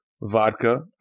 vodka